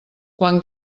quan